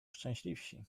szczęśliwsi